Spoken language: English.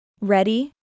Ready